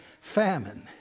famine